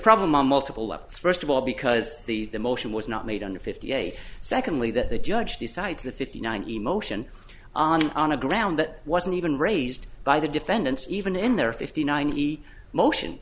problem on multiple levels first of all because the the motion was not made under fifty eight secondly that the judge decides the fifty nine emotion on a ground that wasn't even raised by the defendants even in their fifty nine t motion